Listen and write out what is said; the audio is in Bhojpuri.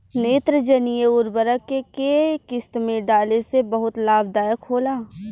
नेत्रजनीय उर्वरक के केय किस्त में डाले से बहुत लाभदायक होला?